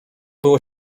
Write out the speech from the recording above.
było